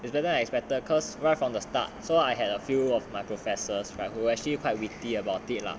it's better than expected cause right from the start so I had a few of my professors right who actually quite witty about it lah